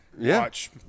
watch